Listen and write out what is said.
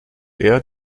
eher